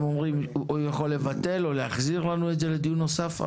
הם אומרים שהוא יכול לבטל או להחזיר לדיון נוסף,